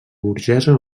burgesa